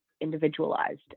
individualized